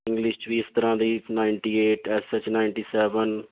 English ਵੀ ਇਸ ਤਰ੍ਹਾਂ ਦੀ ninety eight S S ninety seven